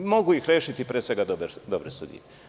Mogu ih rešiti pre svega dobre sudije.